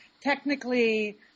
Technically